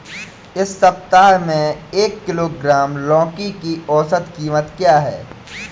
इस सप्ताह में एक किलोग्राम लौकी की औसत कीमत क्या है?